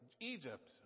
Egypt